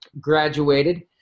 Graduated